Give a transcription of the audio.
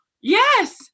yes